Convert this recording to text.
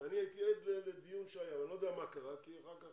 אני הייתי עד לדיון שהיה ואני לא יודע מה קרה כי אחר כך